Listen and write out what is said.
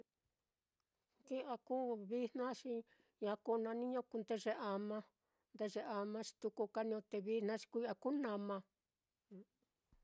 Ki'a kuu vijna, xi ña kuu na niño kuu ndeye-ama, ndeye ama, xi tuku ka n te vijna xi kui'a kuu nama.